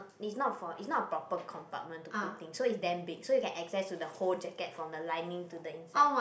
is not for it's not a proper compartment to put thing so it's damn big so you can access to the whole jacket from the lining to the inside